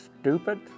stupid